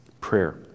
Prayer